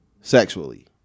sexually